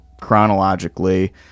chronologically